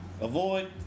avoid